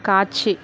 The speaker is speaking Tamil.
காட்சி